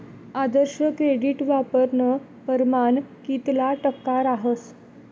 आदर्श credit वापरानं परमाण कितला टक्का रहास